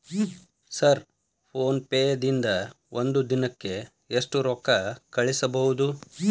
Sir PhonePe ದಿಂದ ಒಂದು ದಿನಕ್ಕೆ ಎಷ್ಟು ರೊಕ್ಕಾ ಕಳಿಸಬಹುದು?